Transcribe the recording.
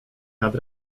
nad